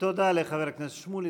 תודה לחבר הכנסת שמולי.